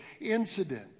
incident